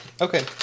Okay